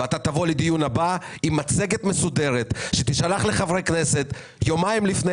ואתה תבוא לדיון הבא עם מצגת מסודרת שתשלח לחברי כנסת יומיים לפני